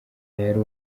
yari